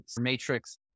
matrix